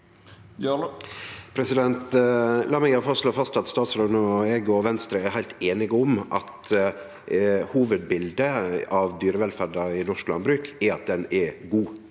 La meg i alle fall slå fast at statsråden og eg og Venstre er heilt einige om at hovudbildet av dyrevelferda i norsk landbruk er at ho er god,